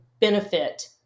benefit